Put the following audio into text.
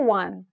one